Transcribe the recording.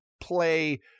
play